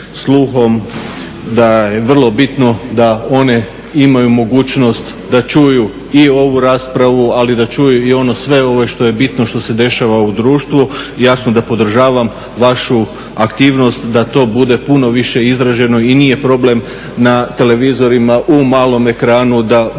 da je vrlo bitno da one imaju mogućnost da čuju i ovu raspravu ali i da čuju i ono sve što je bitno, što se dešava u društvu. Jasno da podržavam vašu aktivnost da to bude puno više izraženo i nije problem na televizorima u malom ekranu da bude